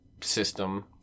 system